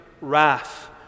wrath